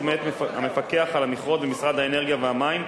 מאת המפקח על המכרות במשרד האנרגיה והמים,